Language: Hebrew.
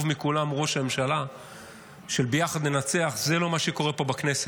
טוב מכולם הוא ראש הממשלה של "יחד ננצח" זה לא מה שקורה פה בכנסת.